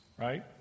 right